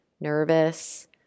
nervous